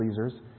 pleasers